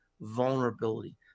vulnerability